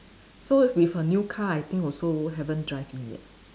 so with her new car I think also haven't drive in yet